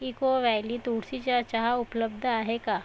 eco valley तुळशीचा चहा उपलब्ध आहे का